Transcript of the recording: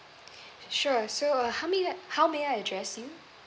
sure so uh how may I how may I address you